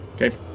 Okay